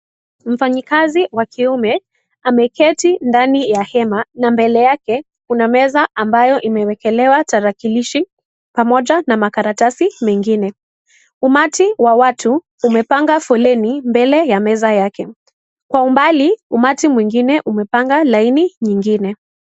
Mfanyikazi wa kiume ameketi ndani ya hema na mbele yake kuna meza ambayo imewekelewa tarakilishi pamoja na makaratasi mengine. Umati wa watu umepanga foleni mbele ya meza yake. Kwa umbali, umati mwingine umepanga laini nyingine.